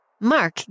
Mark